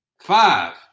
Five